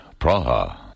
Praha